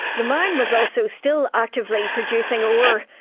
the mine was also still actively producing ore,